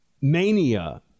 mania